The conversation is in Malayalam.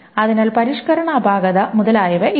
അതിനാൽ പരിഷ്കരണ അപാകത മുതലായവ ഇല്ല